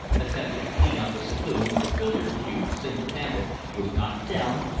attempted to clean out the saloon with a billiard cue single handed, was knocked down,